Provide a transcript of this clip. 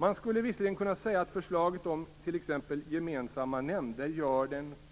Man skulle visserligen kunna säga att förslaget om t.ex. gemensamma nämnder gör